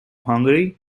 hungary